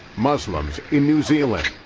muslims in new zealand.